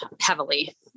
heavily